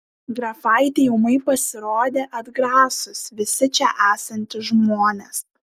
grafaitei ūmai pasirodė atgrasūs visi čia esantys žmonės